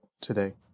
today